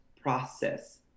process